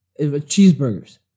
cheeseburgers